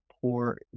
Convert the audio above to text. poor